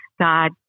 God